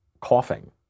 coughing